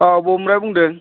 औ बबेनिफ्राय बुंदों